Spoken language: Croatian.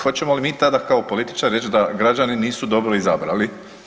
Hoćemo li mi tada kao političari reći da građani nisu dobro izabrali?